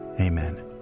amen